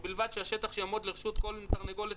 ובלבד שהשטח שיעמוד לרשות כל תרנגולת